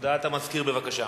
הודעת המזכיר, בבקשה.